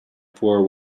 poor